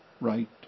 right